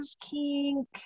kink